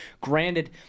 granted